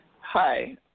Hi